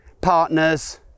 partners